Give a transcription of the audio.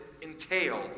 entailed